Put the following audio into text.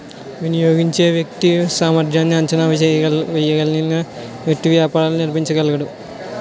వినియోగించే వ్యక్తి సామర్ధ్యాన్ని అంచనా వేయగలిగిన వ్యక్తి వ్యాపారాలు నడిపించగలడు